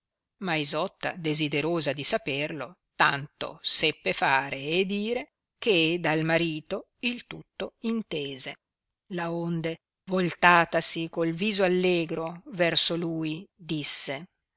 ma isotta desiderosa di saperlo tanto seppe fare e dire che dal marito il tutto intese laonde voltatasi col viso allegro verso lui disse